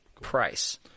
Price